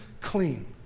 clean